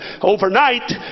overnight